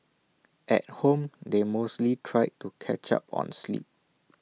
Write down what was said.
at home they mostly try to catch up on sleep